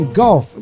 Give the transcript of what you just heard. golf